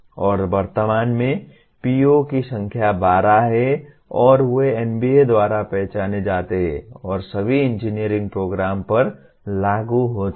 और वर्तमान में PO की संख्या 12 है और वे NBA द्वारा पहचाने जाते हैं और सभी इंजीनियरिंग प्रोग्राम पर लागू होते हैं